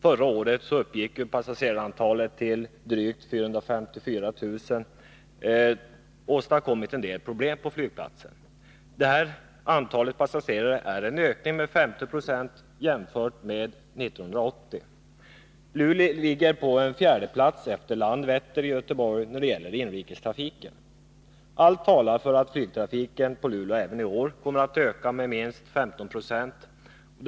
Förra året uppgick passagerarantalet till 454 400. Det är en ökning med 15 96 jämfört med 1980. Detta har förorsakat en del problem på flygplatsen. Luleå ligger på en fjärdeplats efter Landvetter i Göteborg när det gäller inrikestrafiken. Allt talar för att flygtrafiken på Luleå flygplats även i år kommer att öka med minst 15 26.